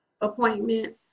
appointment